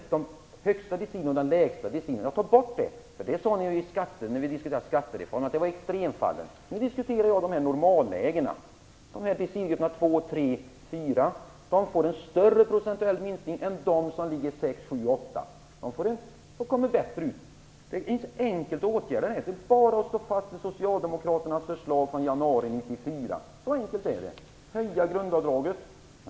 När det gäller den högsta och den lägsta decilgruppen sade ni, när vi diskuterade skattereformen, att dessa var extremfallen. Nu diskuterar jag normalfallen, decilgrupperna 2, 3 och 4. Dessa får en större procentuell minskning än decilgrupperna 6, 7 och 8. Det är enkelt att åtgärda detta. Det är bara att stå fast vid socialdemokraternas förslag från januari 1994. Så enkelt är det. Man höjer grundavdraget.